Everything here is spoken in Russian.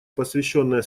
посвященное